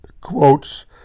quotes